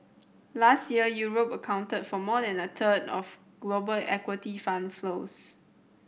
last year Europe accounted for more than a third of global equity fund flows